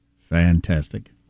Fantastic